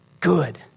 good